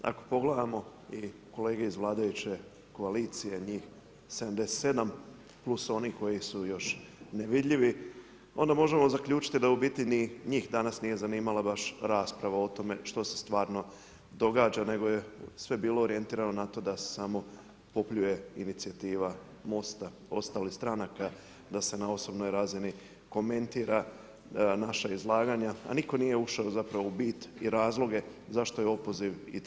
Ako pogledamo i kolege iz vladajuće koalicije njih 77 plus oni koji su još nevidljivi onda možemo zaključiti da u biti ni njih danas nije zanimalo baš rasprava o tome što se stvarno događa nego je sve bilo orijentirano da se samo popljuje inicijativa Mosta ostalih stranaka da se na osobnoj razini komentira naša izlaganja, a nitko nije ušao zapravo u bit i razloge zašto je opoziv i tražen.